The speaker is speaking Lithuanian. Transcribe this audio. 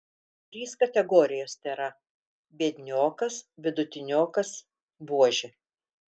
trys kategorijos tėra biedniokas vidutiniokas buožė